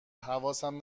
حواسم